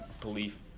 belief